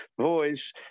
voice